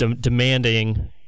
demanding